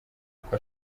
uko